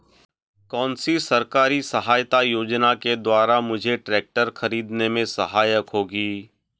कौनसी सरकारी सहायता योजना के द्वारा मुझे ट्रैक्टर खरीदने में सहायक होगी?